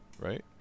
right